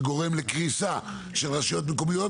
שגורם לקריסה של רשויות מקומיות,